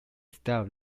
style